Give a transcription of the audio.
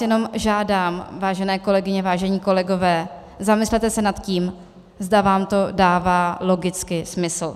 Jenom vás žádám, vážené kolegyně, vážení kolegové, zamyslete se nad tím, zda vám to dává logicky smysl.